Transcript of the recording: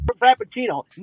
frappuccino